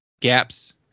Gaps